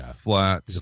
flat